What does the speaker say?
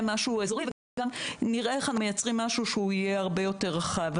משהו אזורי וגם נראה איך אנחנו מייצרים משהו הרבה יותר רחב.